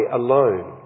alone